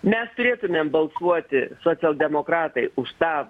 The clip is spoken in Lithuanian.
mes turėtumėm balsuoti socialdemokratai už tą